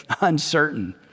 uncertain